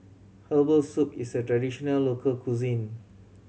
herbal soup is a traditional local cuisine